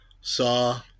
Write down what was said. saw